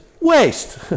Waste